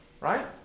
right